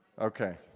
Okay